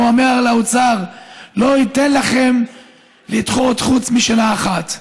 והוא אמר לאוצר: לא אתן לכם לדחות חוץ משנה אחת.